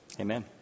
Amen